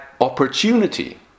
opportunity